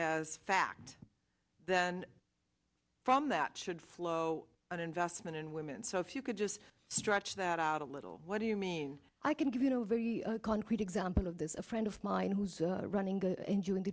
as fact then from that should flow on investment in women so if you could just stretch that out a little what do you mean i can give you know very concrete example of this a friend of mine who's running